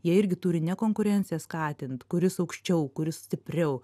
jie irgi turi ne konkurenciją skatint kuris aukščiau kuris stipriau